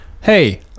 hey